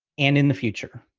and in the future.